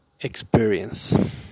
experience